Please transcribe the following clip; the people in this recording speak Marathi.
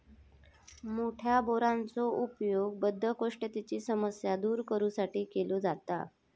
मोठ्या बोराचो उपयोग बद्धकोष्ठतेची समस्या दूर करू साठी केलो जाता